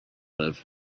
live